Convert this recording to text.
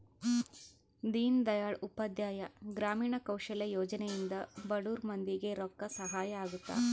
ದೀನ್ ದಯಾಳ್ ಉಪಾಧ್ಯಾಯ ಗ್ರಾಮೀಣ ಕೌಶಲ್ಯ ಯೋಜನೆ ಇಂದ ಬಡುರ್ ಮಂದಿ ಗೆ ರೊಕ್ಕ ಸಹಾಯ ಅಗುತ್ತ